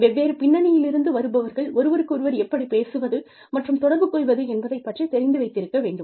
வெவ்வேறு பின்னணியிலிருந்து வருபவர்கள் ஒருவருக்கொருவர் எப்படிப் பேசுவது மற்றும் தொடர்பு கொள்வது என்பதைப் பற்றித் தெரிந்து வைத்திருக்க வேண்டும்